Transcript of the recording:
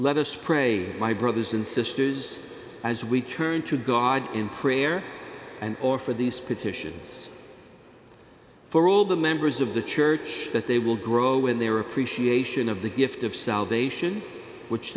us pray my brothers and sisters as we turn to god in prayer and offer these petitions for all the members of the church that they will grow in their appreciation of the gift of salvation which